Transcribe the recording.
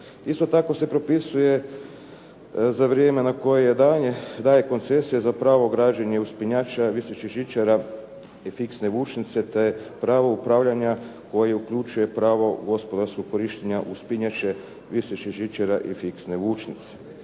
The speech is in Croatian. Isto tako se propisuje za vrijeme na koje se daje koncesija za pravo građenja uspinjača, visećih žičara i fiksne vučnice te pravo upravljanja koje uključuje pravo gospodarskog korištenja uspinjače, visećih žičara i fiksne vučnice.